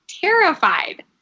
terrified